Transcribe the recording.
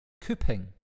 cooping